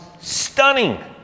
stunning